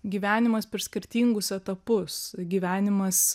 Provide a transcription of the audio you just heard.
gyvenimas per skirtingus etapus gyvenimas